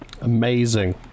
Amazing